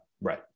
Right